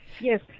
yes